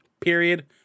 Period